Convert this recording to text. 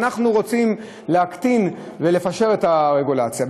אנחנו רוצים להקטין ולפשט את הרגולציה.